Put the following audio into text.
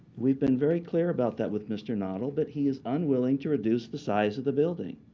we've been very clear about that with mr. noddle, but he is unwilling to reduce the size of the building.